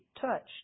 touched